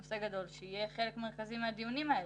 נושא גדול שיהיה חלק מרכזי מהדיונים האלה.